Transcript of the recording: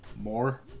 more